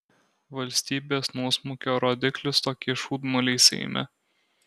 valstybės nuosmukio rodiklis tokie šūdmaliai seime